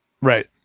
right